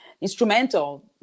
instrumental